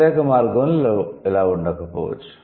వ్యతిరేక మార్గంలో ఇలా ఉండకపోవచ్చు